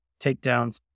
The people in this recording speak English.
takedowns